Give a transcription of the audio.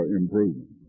improvement